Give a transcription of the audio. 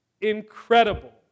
Incredible